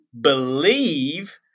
believe